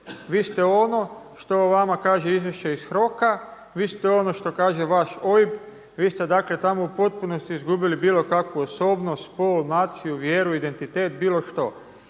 vi ste ono što vama kaže izvješće iz HROK-a, vi ste ono što kaže vaš OIB. Vi ste dakle tamo u potpunosti izgubili bilo kakvu osobnost, spol, naciju, vjeru, identitet, bilo što.